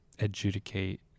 adjudicate